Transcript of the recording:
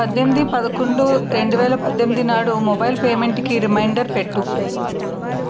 పద్దెనిమిది పదకొండు రెండు వేల పద్ధెనిమిది నాడు మొబైల్ పేమెంటుకి రిమైండర్ పెట్టు